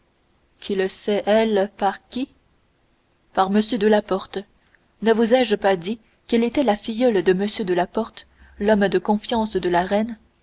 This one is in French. qui le sait elle par qui par m de la porte ne vous ai-je pas dit qu'elle était la filleule de m de la porte l'homme de confiance de la reine